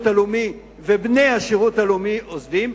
הלאומי ובני השירות הלאומי עוזבים,